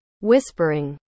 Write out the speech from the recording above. Whispering